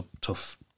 tough